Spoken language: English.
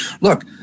look